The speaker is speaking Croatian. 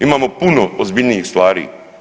Imamo puno ozbiljnijih stvari.